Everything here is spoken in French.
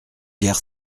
guère